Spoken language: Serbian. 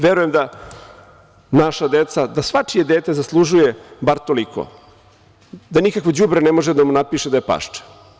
Verujem da naša deca, svačije dete zaslužuje bar toliko, da nikakvo đubre ne može da mu napiše da je pašče.